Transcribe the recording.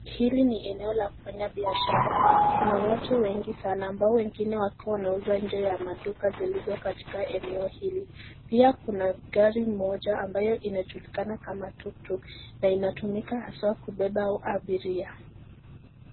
Hili ni eneo la kufanya biashara. Kuna watu wengi sana ambao wengine wakiwa wanauza nje ya maduka zilizo katika eneo hili. Pia kuna gari moja ambayo inajulikana kama Tuktuk na inatumika haswa kubeba abiria.